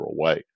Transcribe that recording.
away